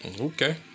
Okay